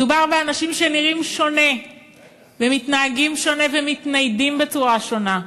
מדובר באנשים שנראים שונה ומתנהגים שונה ומתניידים בצורה שונה,